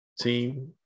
team